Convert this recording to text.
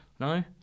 no